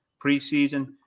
preseason